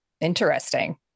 Interesting